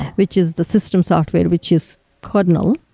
which is the system software, which is kernel.